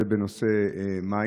בנושא מים.